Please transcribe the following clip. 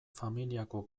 familiako